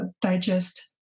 digest